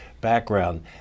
background